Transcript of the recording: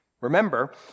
Remember